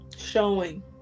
showing